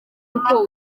uko